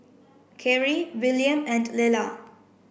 Karie William and Lelah